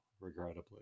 regrettably